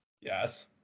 Yes